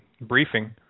briefing